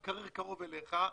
כשהמקרר קרוב אליך.